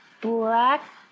black